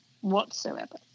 whatsoever